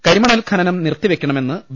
കരിമണൽ ഖനനം നിർത്തിവെക്കണമെന്ന് വി